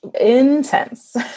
Intense